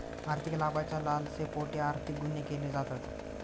आर्थिक लाभाच्या लालसेपोटी आर्थिक गुन्हे केले जातात